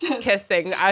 kissing